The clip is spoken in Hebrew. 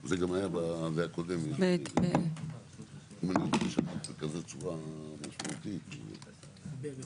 עמוד 8 למעלה הוספנו גם ביחס לתוכנית שמשנה ייעוד את הצורך